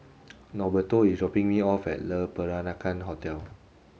Norberto is dropping me off at Le Peranakan Hotel